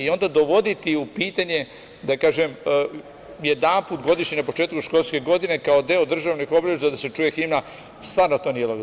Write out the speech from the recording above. Onda dovoditi u pitanje jedanput godišnje na početku školske godine kao deo državnih obeležja da se čuje himna, stvarno to nije logično.